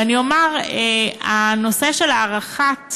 ואני אומר, הנושא של הארכת